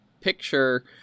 picture